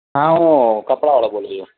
હા હું કપડાંવાળો બોલું છું